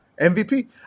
MVP